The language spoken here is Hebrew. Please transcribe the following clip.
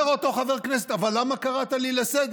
אומר אותו חבר כנסת: אבל למה קראת אותי לסדר?